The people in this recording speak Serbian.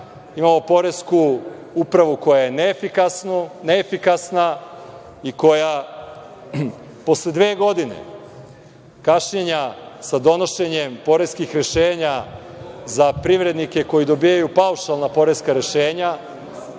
imamo poresku upravu koja je neefikasna i koja posle dve godine kašnjenja sa donošenjem poreskih rešenja za privrednike koji dobijaju paušalna poreska rešenja,